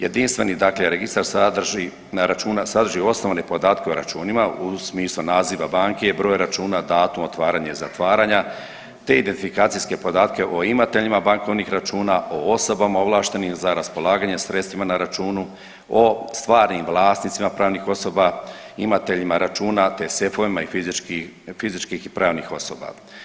Jedinstveni, dakle registar sadrži računa, sadrži osnovne podatke o računima u smislu naziva banke, broj računa, datum otvaranja i zatvaranja, te identifikacijske podatke o imateljima bankovnih računa, o osobama ovlaštenim za raspolaganje sredstvima na računa, o stvarnim vlasnicima pravnih osoba imateljima računa, te sefovima i fizičkih, fizičkih i pravnih osoba.